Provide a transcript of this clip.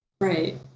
Right